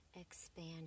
expand